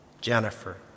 Jennifer